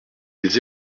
les